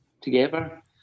together